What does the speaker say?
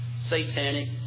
satanic